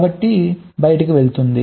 కాబట్టి బయటకు వెళ్తుంది